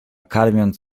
karmiąc